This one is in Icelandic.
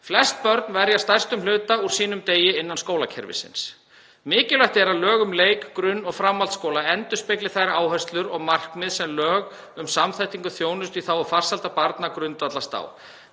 Flest börn verja stærstum hluta úr sínum degi innan skólakerfisins. Mikilvægt er að lög um leik-, grunn- og framhaldsskóla endurspegli þær áherslur og markmið sem lög um samþættingu þjónustu í þágu farsældar barna grundvallast á.